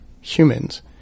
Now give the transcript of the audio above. humans